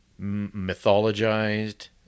mythologized